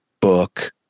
book